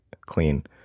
clean